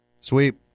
Sweep